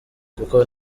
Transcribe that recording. kuko